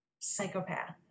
psychopath